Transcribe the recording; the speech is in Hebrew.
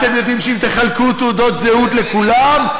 אתם יודעים שאם תחלקו תעודות זהות לכולם,